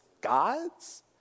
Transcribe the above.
God's